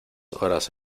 horas